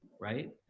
right